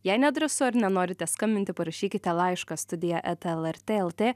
jei nedrąsu ar nenorite skambinti parašykite laišką studija eta lrt lt